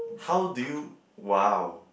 how do you !wow!